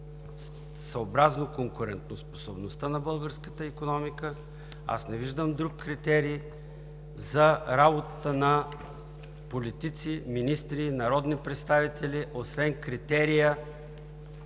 съобразно конкурентоспособността на българската икономика. Аз не виждам друг критерий за работата на политици, министри, народни представители освен критерия